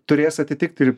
turės atitikti ir